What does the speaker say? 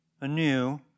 anew